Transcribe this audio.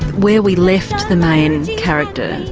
where we left the main and character,